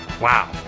Wow